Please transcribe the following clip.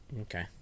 okay